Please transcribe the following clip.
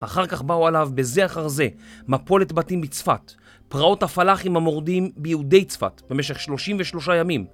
אחר כך באו עליו, בזה אחר זה, מפולת בתים בצפת. פרעות הפלאחים המורדים ביהודי צפת במשך 33 הימים.